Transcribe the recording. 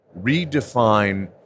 redefine